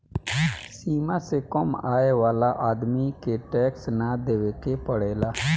सीमा से कम आय वाला आदमी के टैक्स ना देवेके पड़ेला